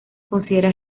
considera